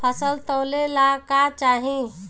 फसल तौले ला का चाही?